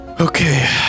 Okay